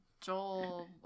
Joel